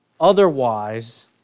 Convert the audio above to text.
otherwise